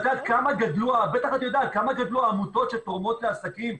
את בטח יודעת כמה גדלו העמותות שתורמות לעסקים,